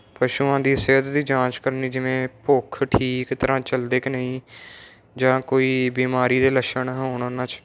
ਪਸ਼ੂਆਂ ਦੀ ਸਿਹਤ ਦੀ ਜਾਂਚ ਕਰਨੀ ਜਿਵੇਂ ਭੁੱਖ ਠੀਕ ਤਰ੍ਹਾਂ ਚਲਦੇ ਕਿ ਨਹੀਂ ਜਾਂ ਕੋਈ ਬਿਮਾਰੀ ਦੇ ਲੱਛਣ ਹੋਣ ਉਹਨਾਂ 'ਚ